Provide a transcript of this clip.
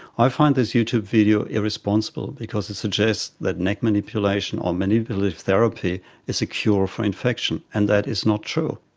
i find this youtube video irresponsible because it suggests that neck manipulation or manipulative therapy is a cure for infection, and that is not true.